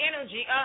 energy